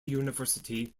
university